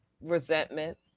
resentment